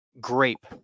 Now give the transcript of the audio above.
grape